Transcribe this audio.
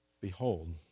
Behold